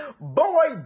Boy